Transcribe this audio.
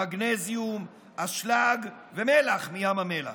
מגנזיום, אשלג ומלח מים המלח.